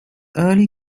early